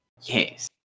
Yes